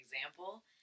example